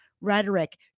rhetoric